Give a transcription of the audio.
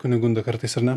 kunigunda kartais ir ne